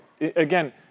again